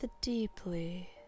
deeply